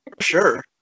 Sure